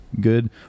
good